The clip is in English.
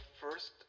first